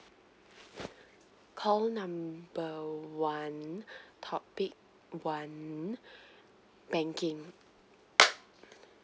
call number one topic one banking